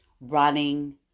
running